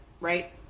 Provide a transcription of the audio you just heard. right